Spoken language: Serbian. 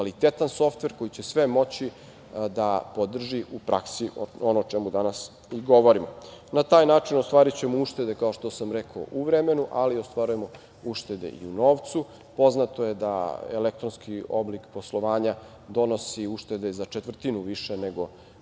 kvalitetan softver koji će sve moći da podrži u praksi, ono o čemu danas i govorimo. Na taj način ostvarićemo uštede, kao što sam rekao u vremenu, ali ostvarujemo uštede i u novcu. Poznato je da elektronski oblik poslovanja donosi uštede za četvrtinu više nego